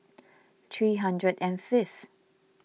three hundred and fifth